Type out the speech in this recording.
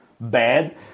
bad